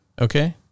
okay